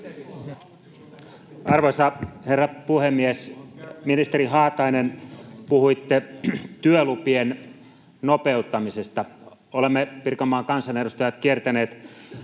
Arvoisa herra puhemies! Ministeri Haatainen, puhuitte työlupien nopeuttamisesta. Me Pirkanmaan kansanedustajat olemme kiertäneet